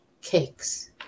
cakes